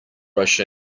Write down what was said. rush